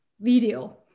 video